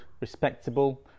respectable